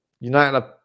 United